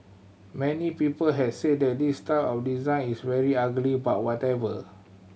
many people have said that this style of design is very ugly but whatever